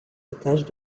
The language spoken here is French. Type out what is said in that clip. étage